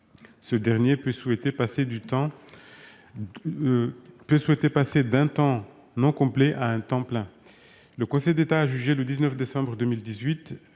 Ce dernier peut souhaiter passer d'un temps non complet à un temps plein. Le Conseil d'État a jugé le 19 décembre 2018